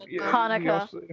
Hanukkah